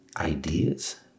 ideas